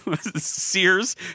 Sears